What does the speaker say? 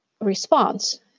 response